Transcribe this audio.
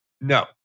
No